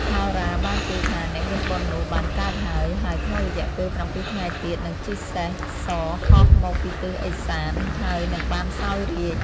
ហោរាបានទាយថា អ្នកមានបុណ្យនោះបានកើតហើយ ហើយក្នុងរយៈពេល ៧ ថ្ងៃទៀត នឹងជិះសេះសហោះមកពីទិសឦសាន ហើយនឹងបានសោយរាជ្យ ។